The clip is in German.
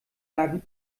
lagen